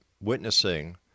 witnessing